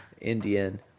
Indian